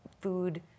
food